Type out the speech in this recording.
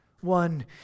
One